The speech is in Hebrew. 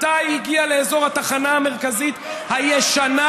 מתי הגיעה לאזור התחנה המרכזית הישנה,